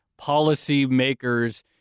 policymakers